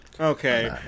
Okay